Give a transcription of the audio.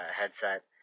headset